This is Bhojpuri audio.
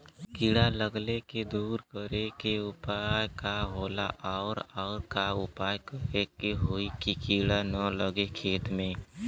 कीड़ा लगले के दूर करे के उपाय का होला और और का उपाय करें कि होयी की कीड़ा न लगे खेत मे?